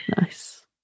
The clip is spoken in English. nice